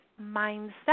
mindset